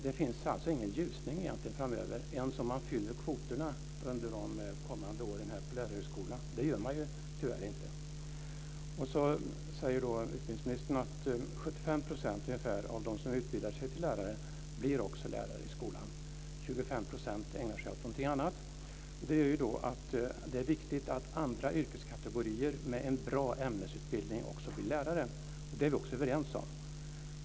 Det finns alltså egentligen ingen ljusning framöver ens om man fyller kvoterna under de kommande åren på lärarhögskolorna. Det gör man tyvärr inte. Så säger utbildningsministern att ungefär 75 % av dem som utbildar sig till lärare också blir lärare i skolan. 25 % ägnar sig åt någonting annat. Det gör att det är viktigt att andra yrkeskategorier med en bra ämnesutbildning också blir lärare. Det är vi också överens om.